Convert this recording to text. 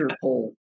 poll